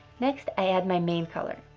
next i add my main color.